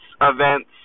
events